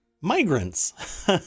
migrants